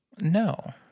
No